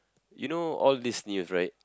you know all these news right